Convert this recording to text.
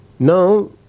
Now